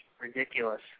ridiculous